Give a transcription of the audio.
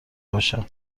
باشم